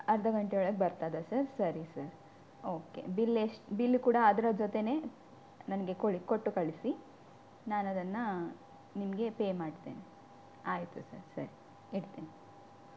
ಅರ್ಧ ಗಂಟೆ ಒಳಗೆ ಬರ್ತದಾ ಸರ್ ಸರಿ ಸರ್ ಓಕೆ ಬಿಲ್ ಎಷ್ಟು ಬಿಲ್ ಕೂಡ ಅದರ ಜೊತೆನೇ ನನಗೆ ಕೊಡಿ ಕೊಟ್ಟು ಕಳಿಸಿ ನಾನು ಅದನ್ನು ನಿಮಗೆ ಪೇ ಮಾಡ್ತೇನೆ ಆಯಿತು ಸರ್ ಸರಿ ಇಡ್ತೀನಿ